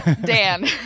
Dan